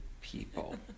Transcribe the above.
people